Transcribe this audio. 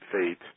fate